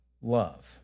Love